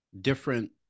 different